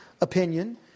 opinion